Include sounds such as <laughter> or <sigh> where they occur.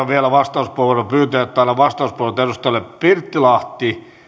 <unintelligible> vielä vastauspuheenvuoropyyntöjä että annan vastauspuheenvuorot edustajille pirttilahti